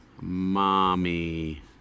Mommy